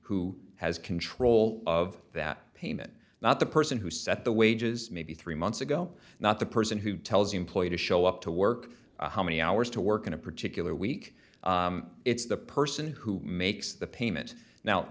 who has control of that payment not the person who set the wages maybe three months ago not the person who tells employee to show up to work how many hours to work in a particular week it's the person who makes the payment now